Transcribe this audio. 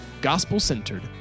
gospel-centered